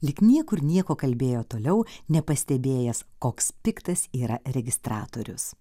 lyg niekur nieko kalbėjo toliau nepastebėjęs koks piktas yra registratorius